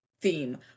theme